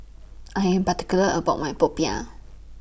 I Am particular about My Popiah